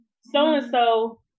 so-and-so